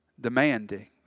demanding